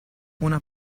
una